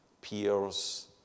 peers